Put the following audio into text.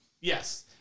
Yes